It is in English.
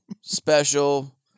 special